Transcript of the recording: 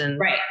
Right